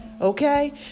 Okay